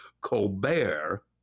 Colbert